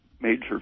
major